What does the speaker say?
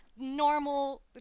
normal